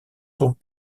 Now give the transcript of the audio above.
sont